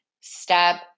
Step